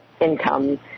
income